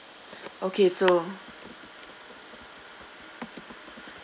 okay so